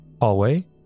hallway